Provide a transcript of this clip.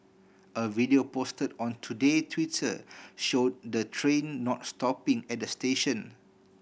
a video posted on Today Twitter show the train not stopping at the station